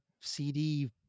cd